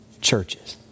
churches